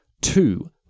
two